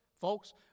Folks